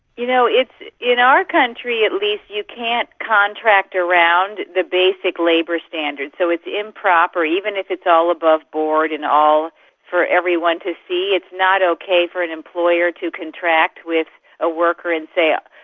you know, in our country at least you can't contract around the basic labour standards. so it's improper, even if it's all above board and all for everyone to see, it's not okay for an employer to contract with a worker and say, ah